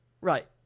right